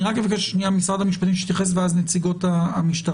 אני רק אבקש ממשרד המשפטים להתייחס ואז מנציגות המשטרה.